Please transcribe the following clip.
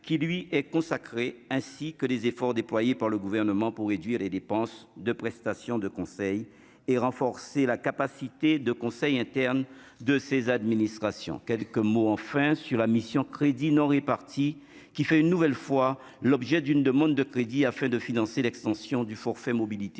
qui lui est consacré, ainsi que des efforts déployés par le gouvernement pour réduire les dépenses de prestations de conseil et renforcer la capacité de conseil interne de ces administrations quelques mots enfin sur la mission Crédits non répartis qui fait une nouvelle fois l'objet d'une demande de crédit afin de financer l'extension du forfait mobilité